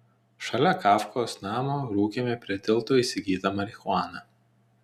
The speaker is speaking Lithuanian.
šalia kafkos namo rūkėme prie tilto įsigytą marihuaną